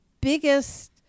biggest